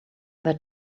that